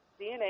DNA